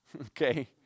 Okay